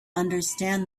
understand